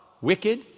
wicked